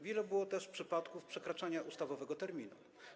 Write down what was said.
Wiele było też przypadków przekraczania ustawowego terminu.